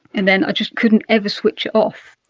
and then i just couldn't ever switch it off.